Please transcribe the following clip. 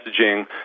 messaging